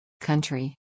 Country